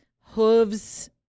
hooves